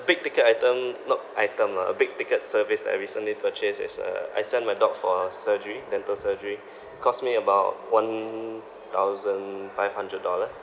big ticket item not item lah a big ticket service I recently purchased is uh I sent my dog for a surgery dental surgery costs me about one thousand five hundred dollars